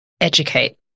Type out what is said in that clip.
educate